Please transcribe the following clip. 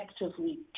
effectively